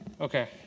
okay